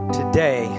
today